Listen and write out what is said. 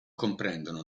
comprendono